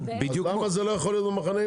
אז למה זה לא יכול להיות במחנה יהודה?